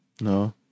no